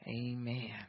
Amen